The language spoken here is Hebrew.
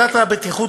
ועדת הבטיחות,